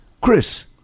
Chris